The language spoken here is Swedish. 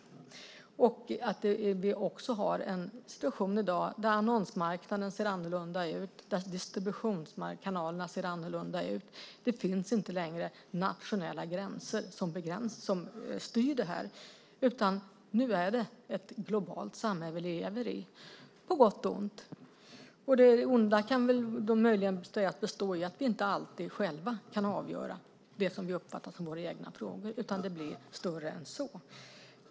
Vi har också en situation i dag där annonsmarknaden och distributionskanalerna ser annorlunda ut. Det finns inte längre nationella gränser som styr det här utan nu är det ett globalt samhälle vi lever i på gott och ont. Det onda kan väl då möjligen bestå i att vi inte alltid själva kan avgöra det som vi uppfattar som våra egna frågor, utan det blir större än så.